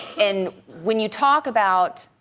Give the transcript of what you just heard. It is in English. and when you talk about